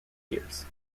years